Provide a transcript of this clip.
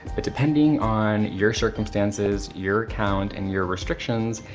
but depending on your circumstances, your account, and your restrictions,